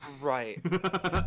Right